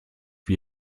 wie